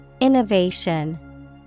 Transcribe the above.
Innovation